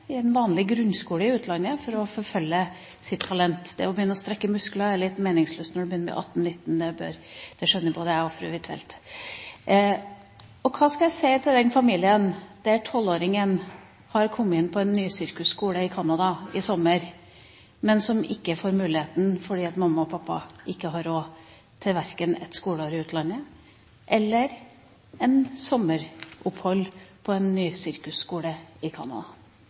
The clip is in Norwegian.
en vanlig grunnskole i utlandet – for å forfølge sitt talent? Det å begynne å strekke muskler når man er 18–19 år, er litt meningsløst. Det skjønner både jeg og fru Huitfeldt. Og hva skal jeg si til den familien der 12-åringen har kommet inn på en nysirkusskole i Canada i sommer, men som ikke får muligheten fordi mamma og pappa ikke har råd til verken et skoleår i utlandet eller et sommeropphold på en nysirkusskole i